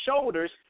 shoulders